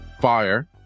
fire